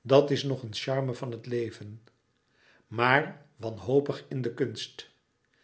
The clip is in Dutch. dat is nog een charme van het leven maar wanhopig in de kunst